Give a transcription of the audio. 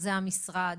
זה המשרד,